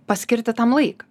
paskirti tam laiką